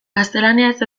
gaztelaniaz